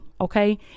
okay